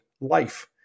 life